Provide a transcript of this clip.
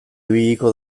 ibiliko